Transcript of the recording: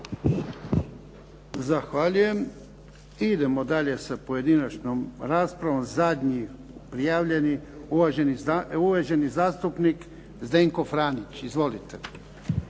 Zahvaljujem. Idemo dalje sa pojedinačnom raspravom. Zadnji je prijavljeni uvaženi zastupnik Zdenko Franić. Izvolite.